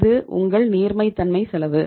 இது உங்கள் நீர்மைத்தன்மை செலவு